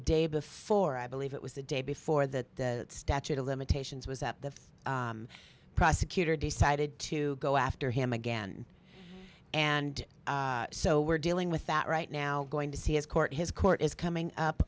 day before i believe it was the day before the statute of limitations was up the prosecutor decided to go after him again and so we're dealing with that right now going to see his court his court is coming up